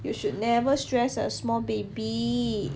you should never stress a small baby